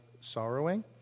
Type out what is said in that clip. sorrowing